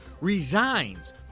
resigns